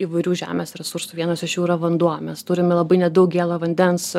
įvairių žemės resursų vienas iš jų yra vanduo mes turime labai nedaug gėlo vandens